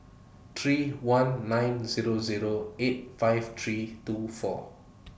three one nine Zero Zero eight five three two four